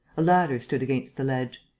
a ladder stood against the ledge.